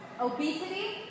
obesity